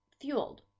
fueled